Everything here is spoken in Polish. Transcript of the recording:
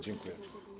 Dziękuję.